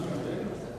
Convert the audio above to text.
אדוני היושב-ראש,